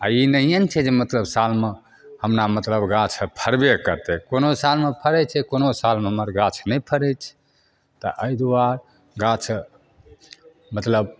आओर नहिये ने छै जे मतलब सालमे हमरा मतलब गाछ फड़बे करतय कोनो सालमे फड़य छै कोनो सालमे हमर गाछ नहि फड़य छै तऽ अहि दुआरे गाछ मतलब